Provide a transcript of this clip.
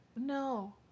No